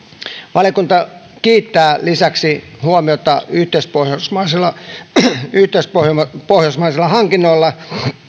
valiokunta kiinnittää lisäksi huomiota yhteispohjoismaisilla yhteispohjoismaisilla hankinnoilla